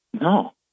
no